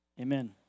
amen